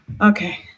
okay